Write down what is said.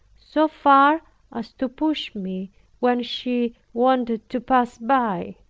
so far as to push me when she wanted to pass by.